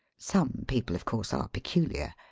some people of course are peculiar.